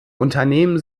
unternehmen